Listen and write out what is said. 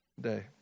day